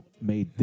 made